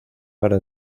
para